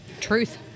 Truth